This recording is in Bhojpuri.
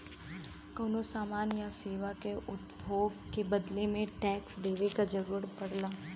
कउनो समान या सेवा के उपभोग के बदले टैक्स देवे क जरुरत पड़ला